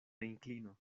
inklino